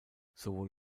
sowohl